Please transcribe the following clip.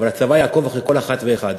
אבל הצבא יעקוב אחרי כל אחת ואחד.